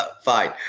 Fine